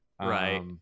Right